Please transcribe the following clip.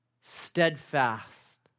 steadfast